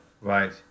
right